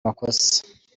makosa